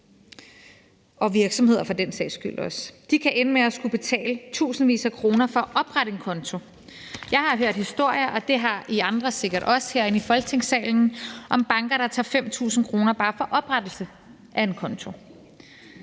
også virksomheder for den sags skyld. De kan ende med at skulle betale tusindvis af kroner for at oprette en konto. Jeg har hørt historier, og det har I andre herinde i Folketingssalen sikkert også, om banker, der tager 5.000 kr. bare for oprettelse af en konto.